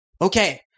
Okay